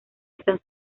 están